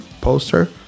poster